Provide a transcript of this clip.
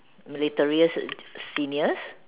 militaries seniors